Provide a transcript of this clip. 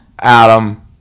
Adam